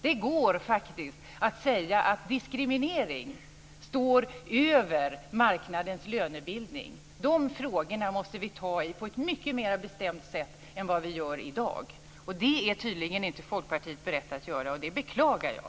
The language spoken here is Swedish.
Det går faktiskt att säga att diskriminering står över marknadens lönebildning. De frågorna måste vi ta i på ett mycket mer bestämt sätt än vad vi gör i dag. Det är tydligen inte Folkpartiet berett att göra, och det beklagar jag.